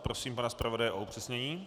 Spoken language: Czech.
Prosím pana zpravodaje o upřesnění.